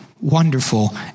Wonderful